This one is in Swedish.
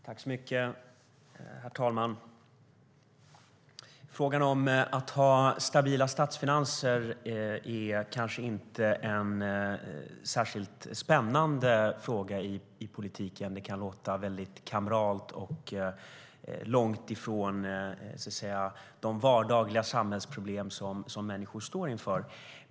Herr talman! Frågan om att ha stabila statsfinanser är kanske inte en särskilt spännande fråga i politiken. Det kan låta väldigt kameralt och långt ifrån de vardagliga samhällsproblem som människor står inför.